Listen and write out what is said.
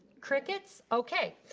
crickets, okay.